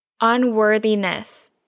Unworthiness